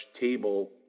table